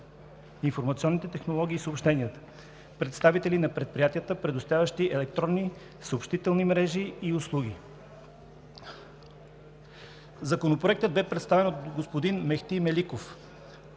информационните технологии и съобщенията, представители на предприятията, предоставящи електронни съобщителни мрежи и/или услуги. Законопроектът бе представен от господин Мехти Меликов.